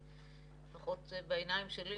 לפחות בעיניים שלי,